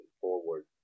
forward